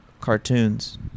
cartoons